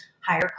higher